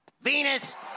Venus